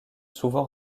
souvent